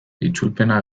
itzulpena